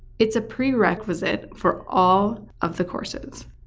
it's a prerequisite for all of the courses.